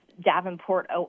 davenport